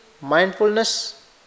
mindfulness